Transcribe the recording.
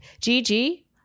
Gigi